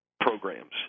programs